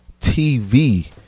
TV